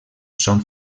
són